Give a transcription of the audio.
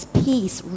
peace